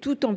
tout en